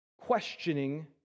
questioning